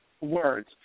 words